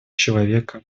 человека